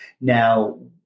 Now